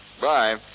Bye